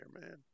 man